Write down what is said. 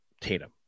Tatum